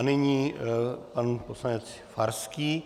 A nyní pan poslanec Farský.